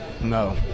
No